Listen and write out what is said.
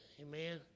Amen